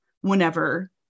whenever